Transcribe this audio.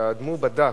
שהאדמו"ר בדק,